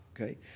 okay